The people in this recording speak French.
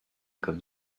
comme